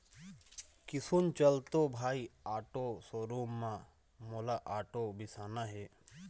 किसुन चल तो भाई आटो शोरूम म मोला आटो बिसाना हे